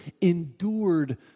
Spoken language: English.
endured